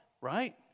right